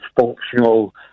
functional